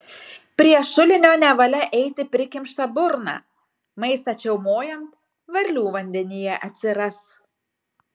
prie šulinio nevalia eiti prikimšta burna maistą čiaumojant varlių vandenyje atsiras